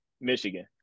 Michigan